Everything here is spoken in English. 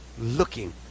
looking